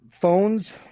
phones